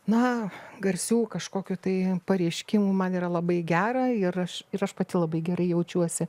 na garsių kažkokių tai pareiškimų man yra labai gera ir aš ir aš pati labai gerai jaučiuosi